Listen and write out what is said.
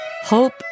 hope